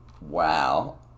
wow